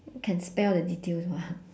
can spell the details [what]